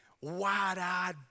wide-eyed